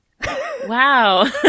wow